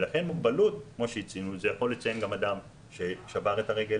לכן מוגבלות יכולה לציין גם אדם ששבר את הרגל,